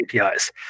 APIs